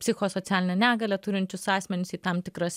psichosocialinę negalią turinčius asmenis į tam tikras